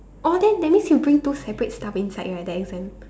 oh then that means you bring two separate stuff inside right the exam